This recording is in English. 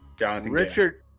Richard